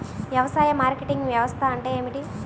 వ్యవసాయ మార్కెటింగ్ వ్యవస్థ అంటే ఏమిటి?